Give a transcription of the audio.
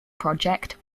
project